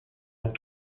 dans